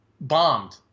bombed